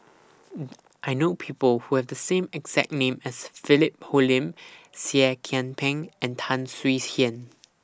I know People Who Have The exact name as Philip Hoalim Seah Kian Peng and Tan Swie Hian